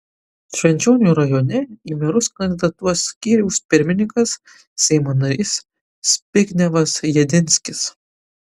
švenčionių rajone į merus kandidatuos skyriaus pirmininkas seimo narys zbignevas jedinskis